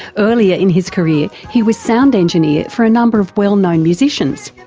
earlier in his career he was sound engineer for a number of well-known musicians.